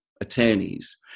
attorneys